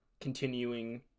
continuing